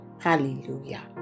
Hallelujah